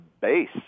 base